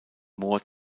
moor